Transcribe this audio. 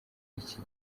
iki